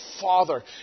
father